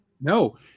No